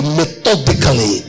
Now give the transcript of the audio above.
methodically